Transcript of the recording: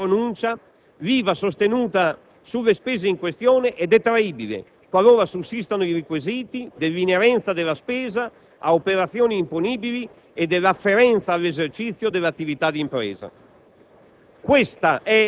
Per effetto di quella pronuncia, l'IVA sostenuta sulle spese in questione è detraibile, qualora sussistano i requisiti dell'inerenza della spesa ad operazioni imponibili e dell'afferenza all'esercizio dell'attività di impresa.